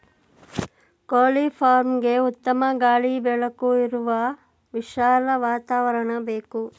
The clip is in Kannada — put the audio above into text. ಕೋಳಿ ಫಾರ್ಮ್ಗೆಗೆ ಉತ್ತಮ ಗಾಳಿ ಬೆಳಕು ಇರುವ ವಿಶಾಲ ವಾತಾವರಣ ಬೇಕು